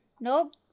Nope